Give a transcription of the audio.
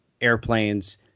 airplanes